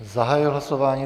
Zahajuji hlasování.